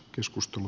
joskus tuo